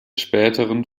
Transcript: späteren